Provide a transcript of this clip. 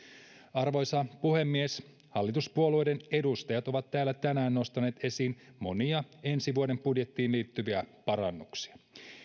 arvoisa puhemies hallituspuolueiden edustajat ovat täällä tänään nostaneet esiin monia ensi vuoden budjettiin liittyviä parannuksia